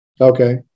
Okay